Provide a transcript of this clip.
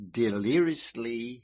deliriously